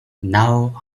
now